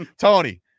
Tony